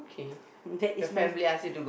that is my